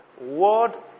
word